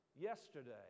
yesterday